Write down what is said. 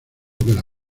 queda